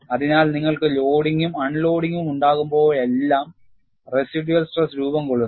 അതിനാൽ നിങ്ങൾക്ക് ലോഡിംഗും അൺലോഡിംഗും ഉണ്ടാകുമ്പോഴെല്ലാം റെസിഡ്യൂള് സ്ട്രെസ് രൂപം കൊള്ളുന്നു